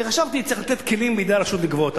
כי חשבתי שצריך לתת כלים בידי הרשות לגבות.